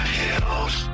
hills